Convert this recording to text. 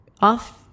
Off